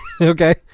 Okay